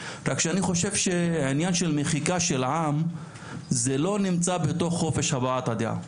רק אני חושב שהעניין של מחיקה של עם זה לא נמצא בתוך חופש הבעת הדעה.